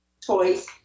toys